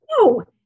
No